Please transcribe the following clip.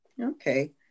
Okay